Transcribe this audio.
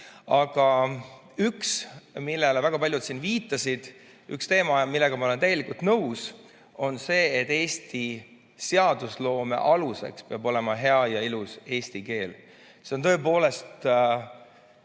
Aga üks teema, millele väga paljud siin viitasid ja millega ma olen täielikult nõus, on see, et Eesti seadusloome aluseks peab olema hea ja ilus eesti keel. See on tõepoolest